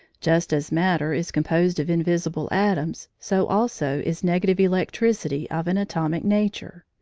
just as matter is composed of invisible atoms, so also is negative electricity of an atomic nature.